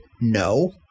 no